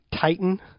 titan